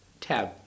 tab